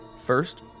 First